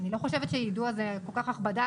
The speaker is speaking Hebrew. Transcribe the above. אני לא חושבת שיידוע זה כל כך הכבדה,